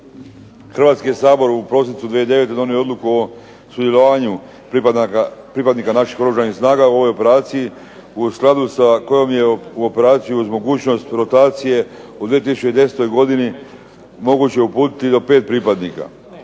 Hrvatski sabor je u prosincu 2009. donio odluku o sudjelovanju pripadnika naših Oružanih snaga u ovoj operaciji, u skladu sa kojom je u operaciju uz mogućnost rotacije u 2010. godini moguće uputiti do 5 pripadnika.